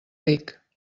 ric